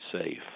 safe